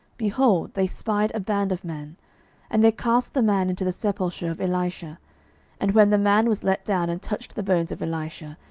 behold, they spied a band of men and they cast the man into the sepulchre of elisha and when the man was let down, and touched the bones of elisha,